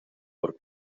por